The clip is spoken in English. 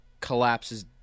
collapses